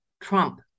trump